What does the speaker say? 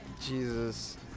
jesus